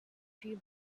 tree